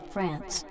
France